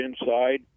inside